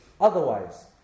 otherwise